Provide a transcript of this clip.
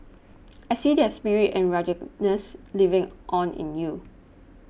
I see their spirit and ruggedness living on in you